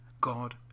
God